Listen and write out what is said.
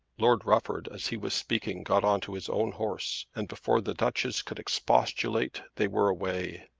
lord rufford as he was speaking got on to his own horse, and before the duchess could expostulate they were away.